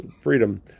freedom